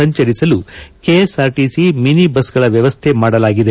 ಸಂಚರಿಸಲು KSRTC mini ಬಸ್ಗಳ ವ್ಯವಸ್ಥೆ ಮಾಡಲಾಗಿದೆ